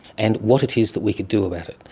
and what it is that we could do about it.